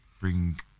bring